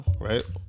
right